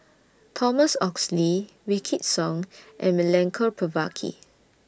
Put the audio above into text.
Thomas Oxley Wykidd Song and Milenko Prvacki